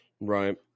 Right